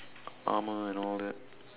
armour and all that